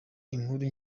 inkuru